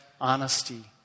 honesty